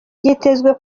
byitezwe